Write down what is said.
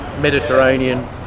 Mediterranean